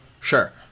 Sure